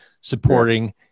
supporting